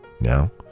Now